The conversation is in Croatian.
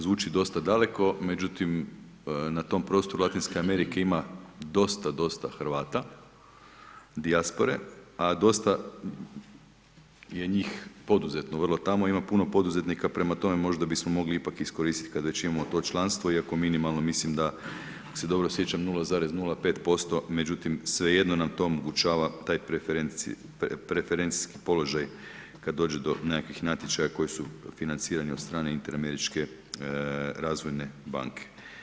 Zvuči dosta daleko međutim na tom prostoru Latinske Amerike ima dosta, dosta Hrvata dijaspore a dosta je njih poduzetno vrlo tamo, im puno poduzetnika, prema tome, možda bismo mogli ipak iskoristiti kada već imamo to članstvo iako minimalno mislim da ako se dobro sjećam 0,05% međutim svejedno nam to omogućava taj preferencijski položaj kada dođe do nekakvih natječaja koji su financirani od strane Inter-američke razvojne banke.